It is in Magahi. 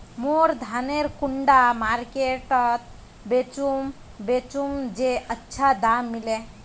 मोर धानेर कुंडा मार्केट त बेचुम बेचुम जे अच्छा दाम मिले?